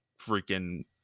freaking